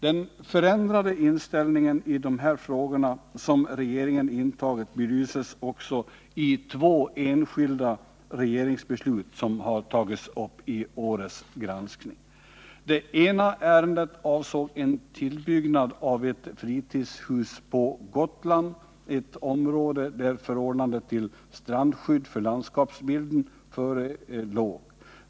Den förändrade inställning i dessa frågor som regeringen intagit belyses också i två enskilda regeringsbeslut som tagits upp i årets granskning. Det ena ärendet avsåg en tillbyggnad av ett fritidshus på Gotland, i ett område där förordning om strandskydd för landskapsbilden förelåg.